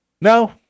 No